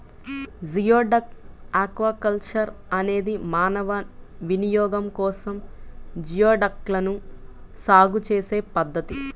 geoduck aquaculture అనేది మానవ వినియోగం కోసం జియోడక్లను సాగు చేసే పద్ధతి